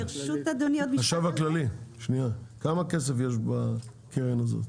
החשב הכללי, כמה כסף יש בקרן הזאת?